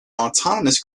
autonomous